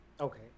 Okay